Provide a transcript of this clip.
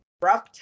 rough